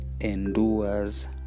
endures